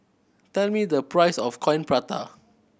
tell me the price of Coin Prata